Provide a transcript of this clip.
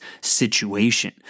situation